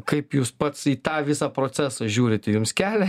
kaip jūs pats į tą visą procesą žiūrit jums kelia